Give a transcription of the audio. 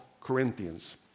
Corinthians